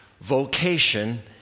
vocation